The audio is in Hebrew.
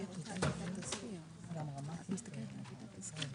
אני מחליפה נוסח,